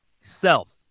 Self